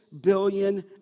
billion